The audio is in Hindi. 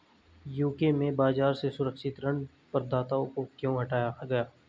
यू.के में बाजार से सुरक्षित ऋण प्रदाताओं को क्यों हटाया गया?